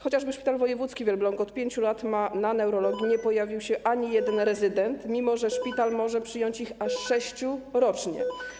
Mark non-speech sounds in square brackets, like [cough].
Chociażby w szpitalu wojewódzkim w Elblągu od 5 lat na neurologii [noise] nie pojawił się ani jeden rezydent, mimo że szpital może przyjąć ich aż sześciu rocznie.